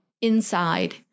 inside